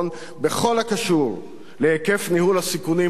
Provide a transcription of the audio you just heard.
בכל הקשור להיקף ניהול הסיכונים בעורף,